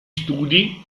studi